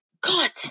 God